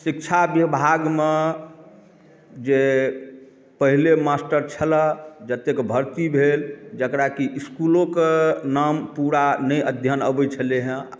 शिक्षा विभागमे जे पहिले मास्टर छलै जतेक भर्ती भेल जेकरा कि इसकुलोके नाम पूरा नहि अध्ययन अबैत छलैया